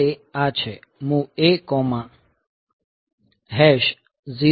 તો તે આ છે MOV A0FFh